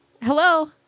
Hello